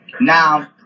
Now